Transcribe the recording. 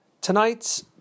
tonight